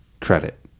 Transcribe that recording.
credit